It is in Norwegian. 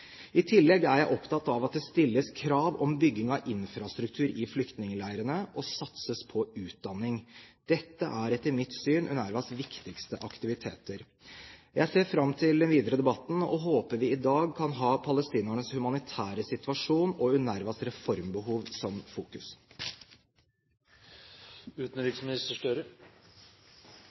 I tillegg er jeg opptatt av at det stilles krav om bygging av infrastruktur i flyktningleirene og at det satses på utdanning. Dette er etter mitt syn UNRWAs viktigste aktiviteter. Jeg ser fram til den videre debatten, og håper vi i dag kan ha palestinernes humanitære situasjon og UNRWAs reformbehov